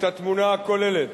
את התמונה הכוללת,